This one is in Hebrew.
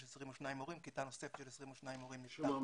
יש 22 מורים, כיתה נוספת של 22 מורים נפתחת.